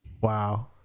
Wow